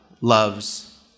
loves